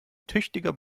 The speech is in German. tüchtiger